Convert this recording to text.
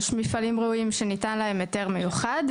יש מפעלים ראויים שניתן להם היתר מיוחד,